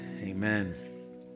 Amen